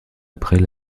après